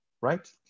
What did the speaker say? right